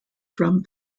from